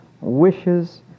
wishes